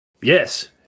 Yes